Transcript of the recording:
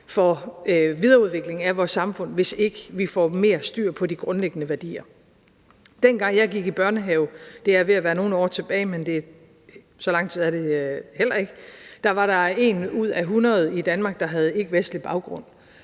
for videreudviklingen af vores samfund, hvis vi ikke får mere styr på de grundlæggende værdier. Dengang jeg gik i børnehave – det er ved at være nogle år tilbage, men så lang tid siden er det heller ikke – var der en ud af hundrede i Danmark, der havde ikkevestlig baggrund.